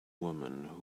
woman